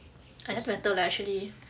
doesn't matter leh actually